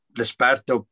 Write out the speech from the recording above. l'esperto